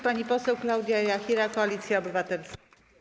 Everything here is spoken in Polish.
Pani poseł Klaudia Jachira, Koalicja Obywatelska.